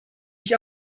mich